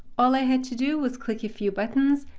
all i had to do was click a few buttons.